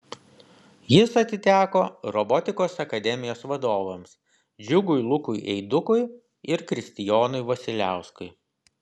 jis atiteko robotikos akademijos vadovams džiugui lukui eidukui ir kristijonui vasiliauskui